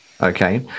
Okay